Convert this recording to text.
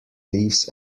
leaves